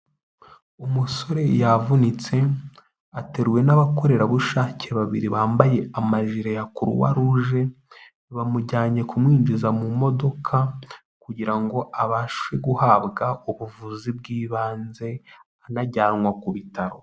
Umusore yavunitse, ateruwe n'abakorerabushake babiri bambaye amajire ya kuruwaruje, bamujyanye kumwinjiza mu modoka kugira ngo abashe guhabwa ubuvuzi bw'ibanze, anajyanwa ku bitaro.